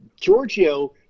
Giorgio